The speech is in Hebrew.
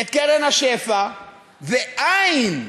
את קרן השפע, ואין.